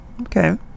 Okay